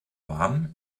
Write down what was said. warm